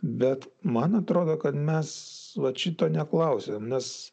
bet man atrodo kad mes vat šito neklausėm nes